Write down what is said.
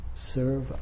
serve